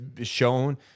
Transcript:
shown